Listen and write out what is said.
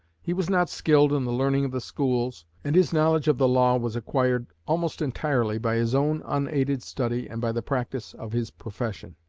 he was not skilled in the learning of the schools, and his knowledge of the law was acquired almost entirely by his own unaided study and by the practice of his profession.